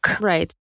Right